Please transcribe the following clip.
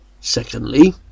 Secondly